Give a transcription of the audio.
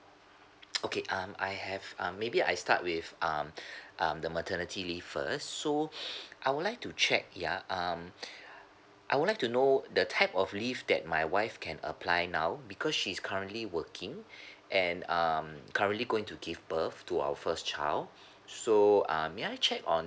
okay um I have um maybe I start with um um the maternity leave first so I would like to check ya I would like to know the type of leave that my wife can apply now because she's currently working and um currently going to give birth to our first child so uh may I check on